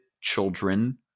children